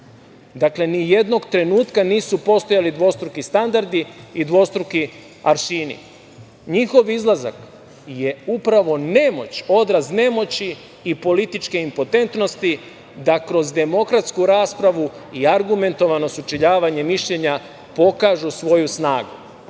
izneti. Dakle, ni jednog trenutka nisu postojali dvostruki standardi i dvostruki aršini. Njihov izlazak je upravo nemoć, odraz nemoći i političke impotentnosti da kroz demokratsku raspravu i argumentovano sučeljavanje mišljenja pokažu svoju snagu.